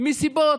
מסיבות